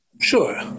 Sure